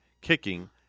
kicking